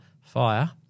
fire